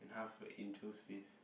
and half a angel's face